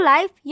Life